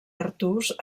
artús